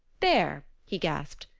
there, he gasped,